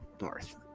north